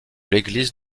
l’église